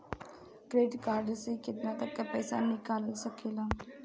Credit card से केतना तक पइसा निकाल सकिले?